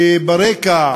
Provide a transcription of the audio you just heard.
כשברקע